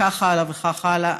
וכך הלאה וכך הלאה,